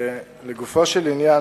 לגופו של עניין,